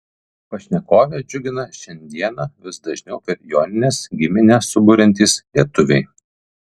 pašnekovę džiugina šiandieną vis dažniau per jonines giminę suburiantys lietuviai